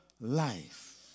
life